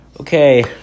Okay